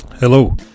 Hello